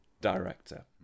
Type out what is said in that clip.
director